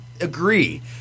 agree